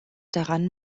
daran